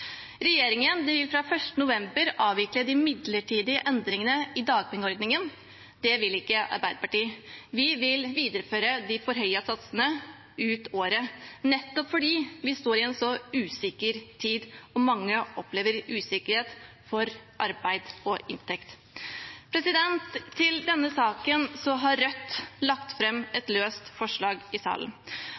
Regjeringen vil fra 1. november avvikle de midlertidige endringene i dagpengeordningen. Det vil ikke Arbeiderpartiet. Vi vil videreføre de forhøyede satsene ut året, nettopp fordi vi står i en så usikker tid og mange opplever usikkerhet for arbeid og inntekt. Til denne saken har Rødt lagt fram et såkalt løst forslag i salen.